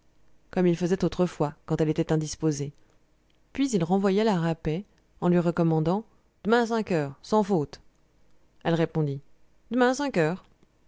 comme il faisait autrefois quand elle était indisposée puis il renvoya la rapet en lui recommandant d'main cinq heures sans faute elle répondit d'main cinq heures